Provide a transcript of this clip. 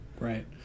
Right